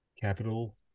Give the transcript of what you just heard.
Capital